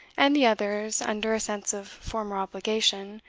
and the others, under a sense of former obligation,